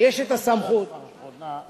יש הסמכות, אחרונה.